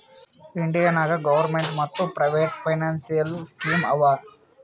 India ನಾಗ್ government ಮತ್ private financial scheme ಆವಾ